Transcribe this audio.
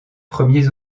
premiers